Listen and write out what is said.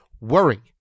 worry